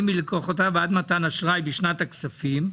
מלקוחותיו על מתן אשראי בשנת הכספים,